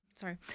sorry